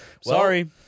sorry